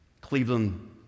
Cleveland